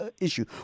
issue